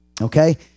Okay